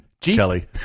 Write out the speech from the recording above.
Kelly